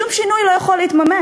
שום שינוי לא יכול להתממש.